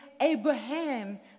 Abraham